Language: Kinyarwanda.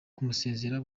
kumusezera